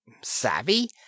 Savvy